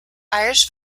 irish